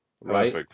right